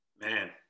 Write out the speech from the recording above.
Man